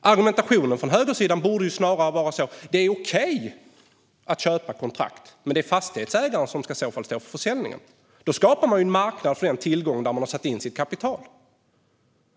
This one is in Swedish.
Argumentationen från högersidan borde snarare vara att det är okej att köpa kontrakt men att det i så fall är fastighetsägaren som ska stå för försäljningen. Då skapas ju en marknad för den tillgång där man har satt in sitt kapital.